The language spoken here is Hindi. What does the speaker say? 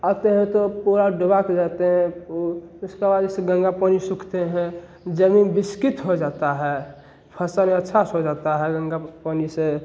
आते हैं तो पूरा डूबा के जाते हैं उ उसका बाद इस गंगा पानी सूखते हैं ज़मीन विसकित हो जाता है फसल अच्छा से हो जाता है गंगा पानी से